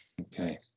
Okay